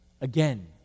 again